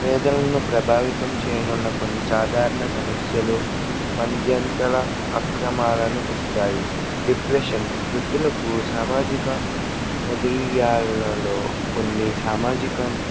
పేదలను ప్రభావితం చేయనున్న కొన్ని సాధారణ సమస్యలు వద్యంతల అక్రమాలను ఇస్తాయి డిప్రెషన్ వృద్ధులకు సామాజిక వద్యంత లలో కొన్ని సామాజిక